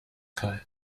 kalt